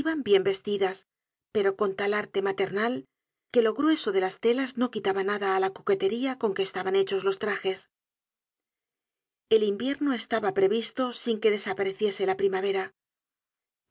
iban bien vestidas pero con tal arte maternal que lo grueso de las telas no quitaba nada á la coquetería con que estaban hechos los trajes el invierno estaba previsto sin que desapareciese la primavera